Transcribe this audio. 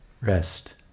rest